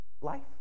life